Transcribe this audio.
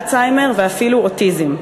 אלצהיימר ואפילו אוטיזם.